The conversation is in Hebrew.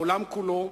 העולם כולו,